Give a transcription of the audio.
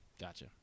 Gotcha